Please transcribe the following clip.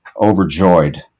overjoyed